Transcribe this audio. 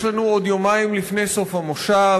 יש לנו עוד יומיים לפני סוף המושב.